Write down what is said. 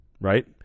right